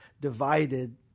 divided